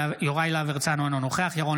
אינו נוכח יוראי להב הרצנו,